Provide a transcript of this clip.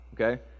okay